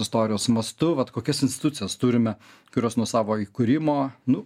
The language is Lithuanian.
istorijos mastu vat kokias institucijas turime kurios nuo savo įkūrimo nu